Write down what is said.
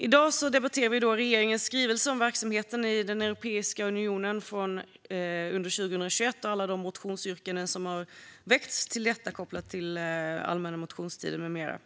I dag debatterar vi regeringens skrivelse om verksamheten i Europeiska unionen under 2021 och alla de motionsyrkanden kopplade till detta som har väckts under allmänna motionstiden med mera.